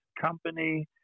company